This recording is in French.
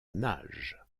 nage